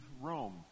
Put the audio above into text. Rome